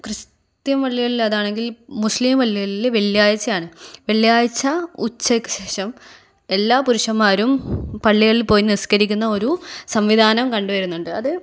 Christian പള്ളികളിലതാണെങ്കിൽ Muslim പള്ളികളിൽ വെള്ളിയാഴ്ചയാണ് വെള്ളിയാഴ്ച ഉച്ചയ്ക്ക് ശേഷം എല്ലാ പുരുഷന്മാരും പള്ളികളിൽ പോയി നിസ്കരിക്കുന്ന ഒരു സംവിധാനം കണ്ടു വരുന്നുണ്ട് അത്